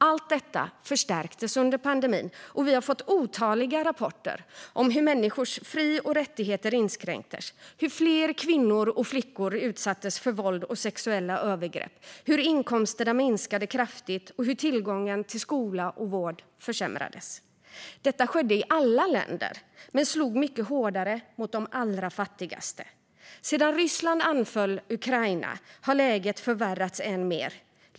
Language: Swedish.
Allt detta förstärktes under pandemin, och vi har fått otaliga rapporter om hur människors fri och rättigheter inskränktes, hur fler kvinnor och flickor utsattes för våld och sexuella övergrepp, hur inkomsterna minskade kraftigt och hur tillgången till skola och vård försämrades. Detta skedde i alla länder men slog mycket hårdare mot de allra fattigaste. Sedan Ryssland anföll Ukraina har läget förvärrats än mer.